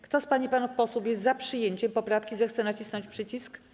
Kto z pań i panów posłów jest za przyjęciem poprawki, zechce nacisnąć przycisk.